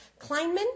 Kleinman